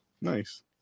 Nice